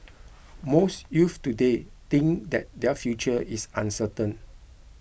most youths today think that their future is uncertain